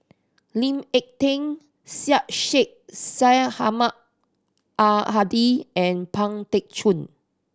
Lee Ek Tieng Syed Sheikh Syed Ahmad Al Hadi and Pang Teck Joon